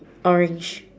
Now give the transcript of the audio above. orange